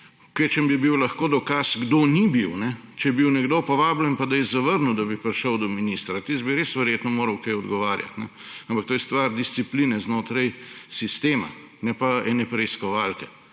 Kvečjemu bi bil lahko dokaz, kdo ni bil. Če je bil nekdo povabljen pa je zavrnil, da bi prišel do ministra, tisti bi res verjetno moral kaj odgovarjati, ampak to je stvar discipline znotraj sistema, ne pa ene preiskovalke;